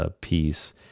piece